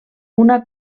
una